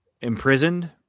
imprisoned